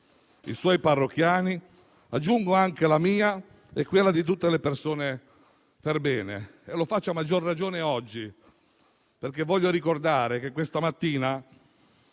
i suoi parrocchiani aggiungo anche la mia e quella di tutte le persone perbene. E lo faccio a maggior ragione oggi, perché voglio ricordare che questa mattina